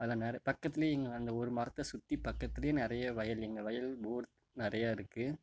அது நற பக்கத்துலையே எங்கள் அந்த ஒரு மரத்தை சுற்றி பக்கத்துலையே நிறைய வயல் எங்கள் வயல் போர் நிறைய இருக்கு